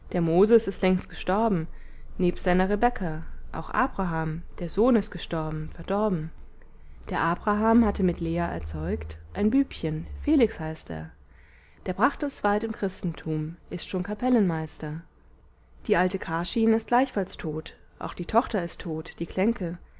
der moses ist längst gestorben nebst seiner rebekka auch abraham der sohn ist gestorben verdorben der abraham hatte mit lea erzeugt ein bübchen felix heißt er der brachte es weit im christentum ist schon kapellenmeister die alte karschin ist gleichfalls tot auch die tochter ist tot die klenke